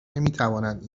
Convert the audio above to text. نمیتوانند